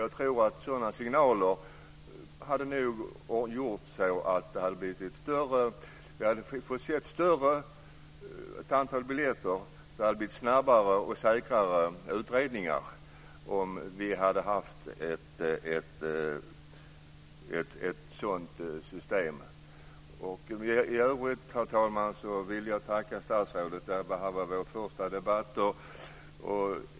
Jag tror nog att sådana signaler hade gjort att vi fått se ett större antal biljetter. Det hade blivit snabbare och säkrare utredningar om vi hade haft ett sådant system. I övrigt, herr talman, vill jag tacka statsrådet. Det här var vår första debatt.